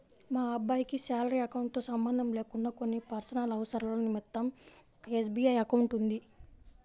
మా అబ్బాయికి salary account తో సంబంధం లేకుండా కొన్ని పర్సనల్ అవసరాల నిమిత్తం ఒక ఎస్.బీ.ఐ అకౌంట్ ఉంది